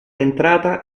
entrata